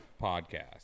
podcast